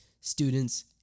students